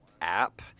app